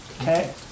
Okay